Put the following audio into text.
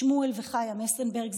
שמואל וחיה מסנברג,